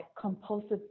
compulsive